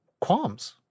Qualms